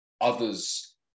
others